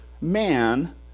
man